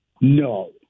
No